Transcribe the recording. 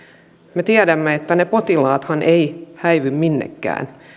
me tiedämme että ne potilaathan eivät häivy minnekään